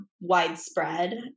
widespread